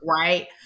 right